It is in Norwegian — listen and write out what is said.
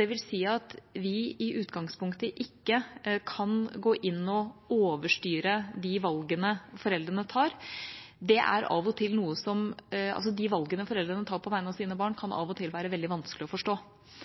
Det vil si at vi i utgangspunktet ikke kan gå inn og overstyre de valgene foreldrene tar. De valgene foreldrene tar på vegne av sine barn, kan av og til være veldig vanskelige å forstå,